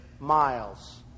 Miles